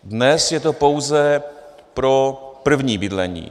Dnes je to pouze pro první bydlení.